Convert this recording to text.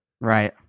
Right